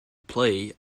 play